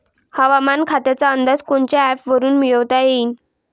हवामान खात्याचा अंदाज कोनच्या ॲपवरुन मिळवता येईन?